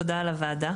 תודה לוועדה.